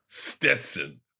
Stetson